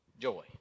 joy